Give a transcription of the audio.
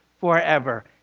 forever